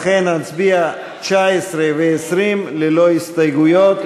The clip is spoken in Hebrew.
לכן נצביע על 19 ו-20 ללא הסתייגויות,